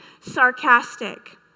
sarcastic